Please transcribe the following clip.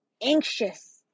anxious